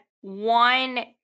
one